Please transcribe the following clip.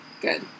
Good